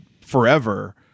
forever